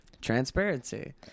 transparency